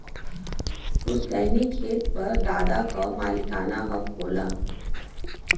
पुस्तैनी खेत पर दादा क मालिकाना हक होला